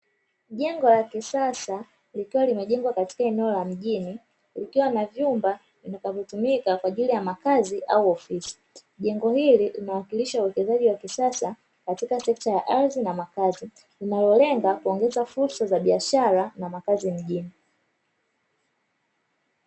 Jengo la kisasa likiwa limejengwa katika eneo la mjini likiwa na vyumba vitakavyo tumika kwa ajili ya makazi au ofisi. Jengo hili linawakilisha uwekezaji wa kisasa katika sekta ya ardhi na makazi inayolenga kuongeza fursa za biashara na makazi mjini.